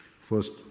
first